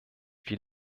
wie